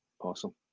Awesome